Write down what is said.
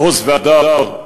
"עוז והדר"